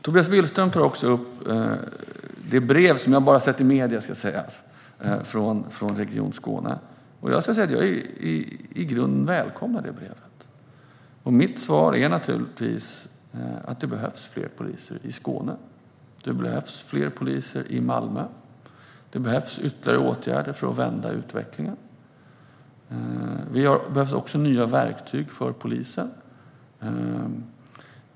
Tobias Billström tar också upp brevet från Region Skåne, som det ska sägas att jag bara har sett i medierna. Jag välkomnar det brevet i grunden. Mitt svar är att det behövs fler poliser i Skåne. Det behövs fler poliser i Malmö. Det behövs ytterligare åtgärder för att vända utvecklingen. Det behövs också nya verktyg för polisen.